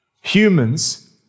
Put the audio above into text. Humans